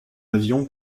avion